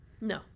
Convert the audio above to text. No